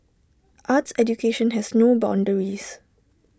arts education has no boundaries